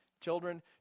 children